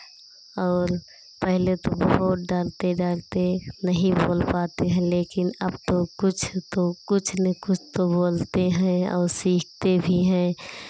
और पहले तो बहुत डरते डरते नहीं बोल पाते हैं लेकिन अब तो कुछ तो कुछ ना कुछ तो बोलते हैं और सीखते भी हैं